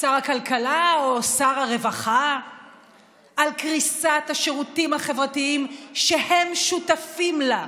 שר הכלכלה או שר הרווחה על קריסת השירותים החברתיים שהם שותפים לה,